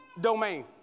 domain